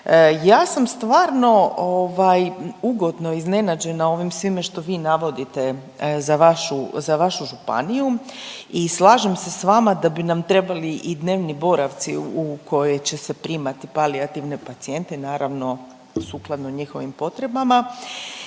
Ja sam stvarno ugodno iznenađena ovim svime što vi navodite za vašu županiju i slažem se sa vama da bi nam trebali i dnevni boravci u koje će se primati palijativne pacijente, naravno sukladno njihovim potrebama.